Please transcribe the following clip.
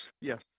yes